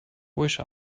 wish